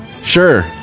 sure